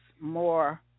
more